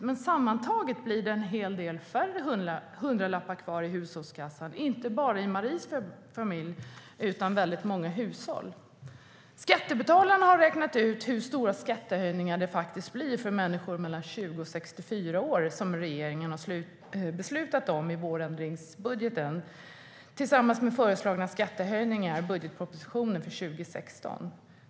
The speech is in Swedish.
Men sammantaget blir det en hel del färre hundralappar kvar i hushållskassan, inte bara i Maries familj utan i väldigt många hushåll. Skattebetalarna har räknat ut hur stora skattehöjningar det blir för människor mellan 20 och 64 år genom regeringens beslut i vårändringsbudgeten tillsammans med föreslagna skattehöjningar i budgetpropositionen för 2016.